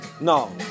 No